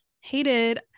Hated